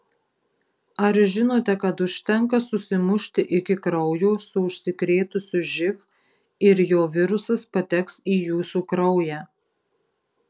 ar žinote kad užtenka susimušti iki kraujo su užsikrėtusiu živ ir jo virusas pateks į jūsų kraują